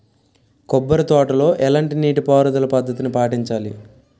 కొబ్బరి తోటలో ఎలాంటి నీటి పారుదల పద్ధతిని పాటించాలి?